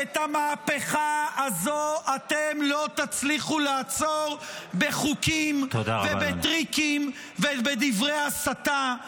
את המהפכה הזאת אתם לא תצליחו לעצור בחוקים ובטריקים ובדברי הסתה.